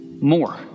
more